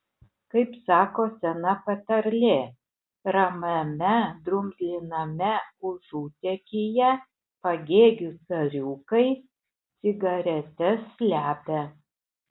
kaip sako sena patarlė ramiame drumzliname užutėkyje pagėgių cariukai cigaretes slepia